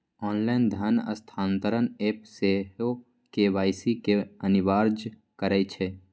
online धन स्थानान्तरण app सेहो के.वाई.सी के अनिवार्ज करइ छै